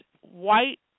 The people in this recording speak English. white